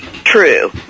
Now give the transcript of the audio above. True